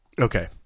Okay